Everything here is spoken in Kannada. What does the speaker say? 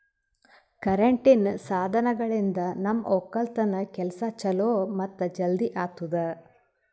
ಕರೆಂಟಿನ್ ಸಾಧನಗಳಿಂದ್ ನಮ್ ಒಕ್ಕಲತನ್ ಕೆಲಸಾ ಛಲೋ ಮತ್ತ ಜಲ್ದಿ ಆತುದಾ